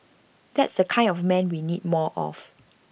that's the kind of man we need more of